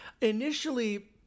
initially